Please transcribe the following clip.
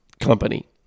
company